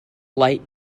light